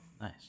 Nice